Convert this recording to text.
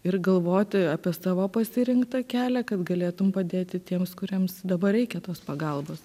ir galvoti apie savo pasirinktą kelią kad galėtum padėti tiems kuriems dabar reikia tos pagalbos